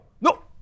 no